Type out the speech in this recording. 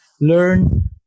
learn